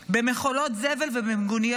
במכולות זבל ובמיגוניות המוות.